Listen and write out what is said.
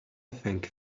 think